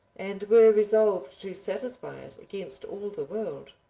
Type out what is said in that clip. and were resolved to satisfy it against all the world.